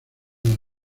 las